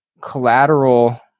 collateral